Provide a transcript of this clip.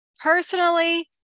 Personally